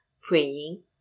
praying